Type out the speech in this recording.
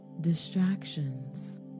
distractions